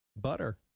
Butter